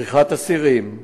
בריחת אסירים,